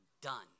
done